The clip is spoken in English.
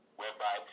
whereby